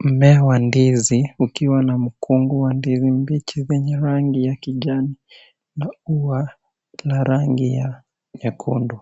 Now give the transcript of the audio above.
Mmea wa ndizi ukiwa na mkungu wa ndizi mbichi zenye rangi ya kijani na huwa na rangi nyekundu